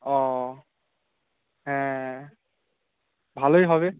ও হ্যাঁ ভালোই হবে